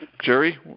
Jerry